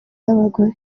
y’abagore